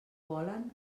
volen